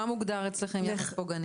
מה מוגדר אצלכם יחס פוגעני?